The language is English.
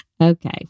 Okay